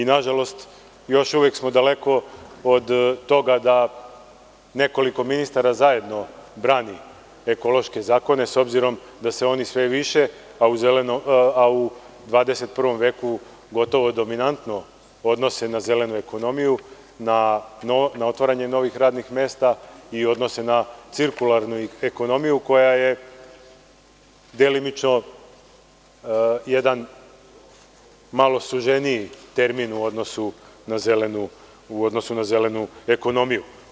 Nažalost, još uvek smo daleko od toga da nekoliko ministara zajedno brani ekološke zakone, s obzirom da se oni sve više, a u 21 veku gotovo dominantno odnose na zelenu ekonomiju, na otvaranje novih radnih mesta i odnose na cirkularnu ekonomiju koja je delimično jedan malo suženiji termin u odnosu na zelenu ekonomiju.